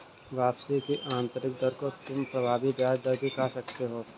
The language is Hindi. वापसी की आंतरिक दर को तुम प्रभावी ब्याज दर भी कह सकते हो